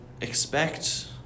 expect